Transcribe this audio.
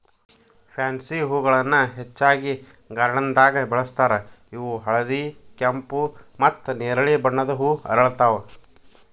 pansy ಹೂಗಳನ್ನ ಹೆಚ್ಚಾಗಿ ಗಾರ್ಡನ್ದಾಗ ಬೆಳೆಸ್ತಾರ ಇವು ಹಳದಿ, ಕೆಂಪು, ಮತ್ತ್ ನೆರಳಿ ಬಣ್ಣದ ಹೂ ಅರಳ್ತಾವ